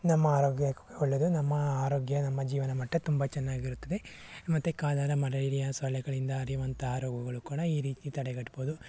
ನಮ್ಮ ಆರೋಗ್ಯಕ್ಕೂ ಒಳ್ಳೇದು ನಮ್ಮ ಆರೋಗ್ಯ ನಮ್ಮ ಜೀವನ ಮಟ್ಟ ತುಂಬ ಚೆನ್ನಾಗಿರುತ್ತದೆ ಮತ್ತೆ ಕಾಲರ ಮಲೇರಿಯಾ ಸೊಳ್ಳೆಗಳಿಂದ ಹರಿಯುವಂತಹ ರೋಗಗಳು ಕೂಡ ಈ ರೀತಿ ತಡೆಗಟ್ಬೋದು